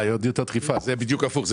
זה בדיוק הפוך.